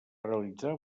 realitzar